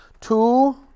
Two